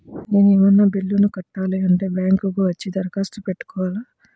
నేను ఏమన్నా బిల్లును కట్టాలి అంటే బ్యాంకు కు వచ్చి దరఖాస్తు పెట్టుకోవాలా?